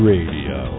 Radio